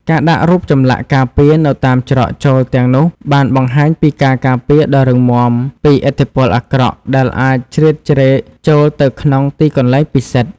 ការដាក់រូបចម្លាក់ការពារនៅតាមច្រកចូលទាំងនោះបានបង្ហាញពីការការពារដ៏រឹងមាំពីឥទ្ធិពលអាក្រក់ដែលអាចជ្រៀតជ្រែកចូលទៅក្នុងទីកន្លែងពិសិដ្ឋ។